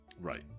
Right